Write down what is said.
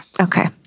Okay